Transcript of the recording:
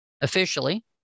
officially